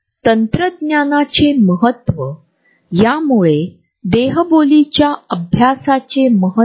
येथे जसे आपण समजू शकता की आमच्या वैयक्तिक फुग्यामध्ये घुसखोरी करण्याची इतर व्यक्तीस परवानगी आहे